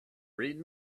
read